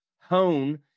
hone